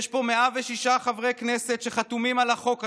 יש פה 106 חברי כנסת שחתומים על החוק הזה.